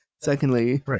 Secondly